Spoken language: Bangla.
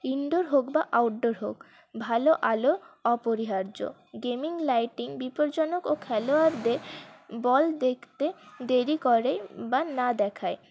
ইন্ডোর হোক বা আউটডোর হোক ভালো আলো অপরিহার্য গেমিং লাইটিং বিপদজ্জনক ও খেলোয়াড়দের বল দেখতে দেরি করে বা না দেখায়